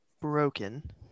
broken